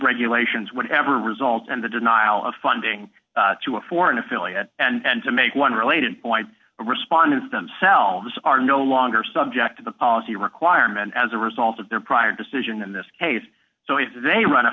regulations would ever result and the denial of funding to a foreign affiliate and to make one related point respondents themselves are no longer subject to the policy requirement as a result of their prior decision in this case so if they run